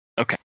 Okay